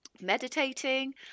meditating